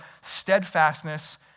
steadfastness